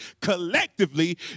collectively